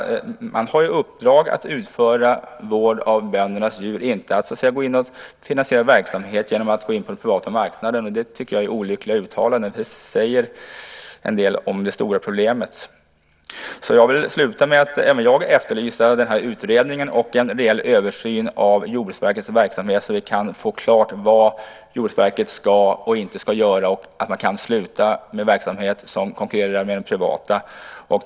Man har ju i uppdrag att utföra vård av böndernas djur, inte att finansiera verksamhet genom att gå in på den privata marknaden. Det tycker jag är ett olyckligt uttalande. Det säger en del om det stora problemet. Jag vill avsluta med att även jag efterlysa utredningen och en reell översyn av Jordbruksverkets verksamhet, så att vi kan få klargjort vad Jordbruksverket ska och inte ska göra och att man upphör med verksamhet som konkurrerar med den privata.